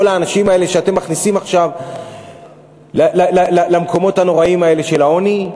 האנשים האלה שאתם מכניסים עכשיו למקומות הנוראיים האלה של העוני,